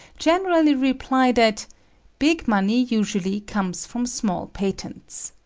generally reply that big money usually comes from small patents.